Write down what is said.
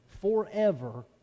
forever